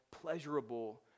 pleasurable